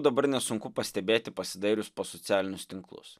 dabar nesunku pastebėti pasidairius po socialinius tinklus